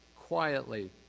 quietly